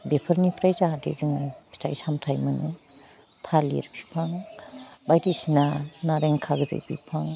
बिफोरनिफ्राय जाहाथे जोङो फिथाइ सामथाइ मोनो थालिर फिफां बायदिसिना नारें खागोजि बिफां